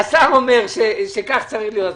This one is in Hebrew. השר אומר שכך צריך להיות.